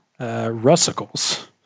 Russicles